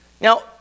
Now